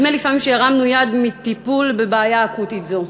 לפעמים נדמה שהרמנו ידיים בטיפול בבעיה אקוטית זו,